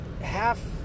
half